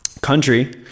country